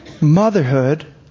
Motherhood